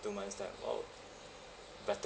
two months time !wow! better